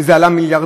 שזה עלה מיליארדים,